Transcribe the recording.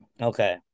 Okay